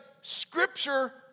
Scripture